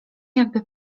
jakby